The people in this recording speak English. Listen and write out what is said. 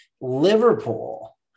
Liverpool